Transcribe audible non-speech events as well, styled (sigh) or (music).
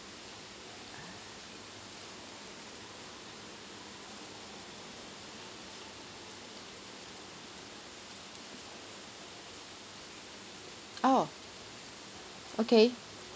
(breath) oh okay